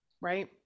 Right